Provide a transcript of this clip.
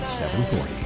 740